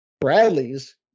Bradley's